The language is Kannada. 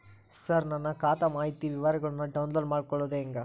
ಸರ ನನ್ನ ಖಾತಾ ಮಾಹಿತಿ ವಿವರಗೊಳ್ನ, ಡೌನ್ಲೋಡ್ ಮಾಡ್ಕೊಳೋದು ಹೆಂಗ?